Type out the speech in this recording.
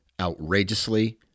outrageously